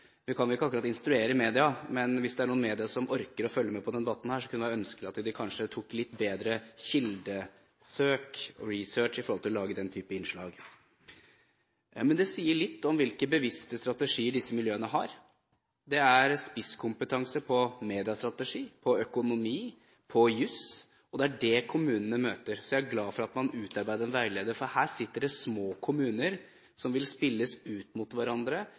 vi finner. Vi kan ikke akkurat instruere media, men hvis det er noen medier som orket å følge med på denne debatten, kunne en kanskje ønske at de foretok litt bedre kildesøk, research, for å lage den type innslag. Men det sier litt om hvilke bevisste strategier disse miljøene har. De har spisskompetanse på mediestrategi, på økonomi, på jus. Det er det kommunene møter – så jeg er glad for at man utarbeider en veileder, for her sitter det små kommuner som vil spilles ut mot